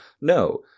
no